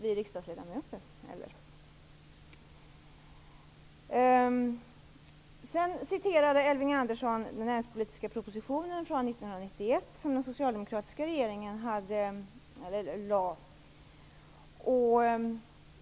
Elving Andersson citerade ur den näringspolitiska proposition som den socialdemokratiska regeringen lade fram 1991.